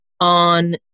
on